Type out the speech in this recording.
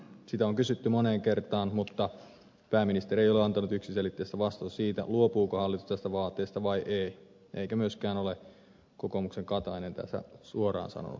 sitä on kysytty moneen kertaan mutta pääministeri ei ole antanut yksiselitteistä vastausta siitä luopuuko hallitus tästä vaateesta vai ei eikä myöskään ole kokoomuksen katainen tätä suoraan sanonut